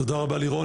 תודה רבה לירון.